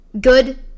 good